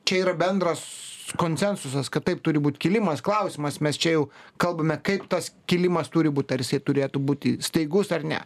čia yra bendras konsensusas kad taip turi būt kilimas klausimas mes čia jau kalbame kaip tas kilimas turi būt ar jisai turėtų būti staigus ar ne